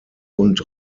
und